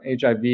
HIV